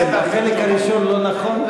החלק הראשון לא נכון,